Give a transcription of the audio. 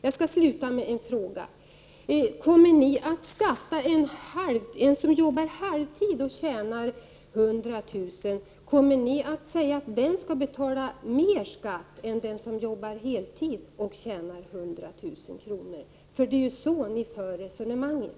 Jag skall sluta med en fråga: Kommer ni att säga att den som arbetar halvtid och tjänar 100 000 kr. skall betala mer skatt än den som arbetar heltid och tjänar 100 000 kr.? Det är ju så ni för resonemanget!